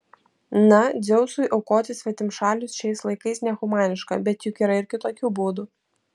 na dzeusui aukoti svetimšalius šiais laikais nehumaniška bet juk yra ir kitokių būdų